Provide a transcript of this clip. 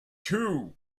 too